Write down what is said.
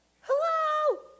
hello